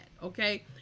Okay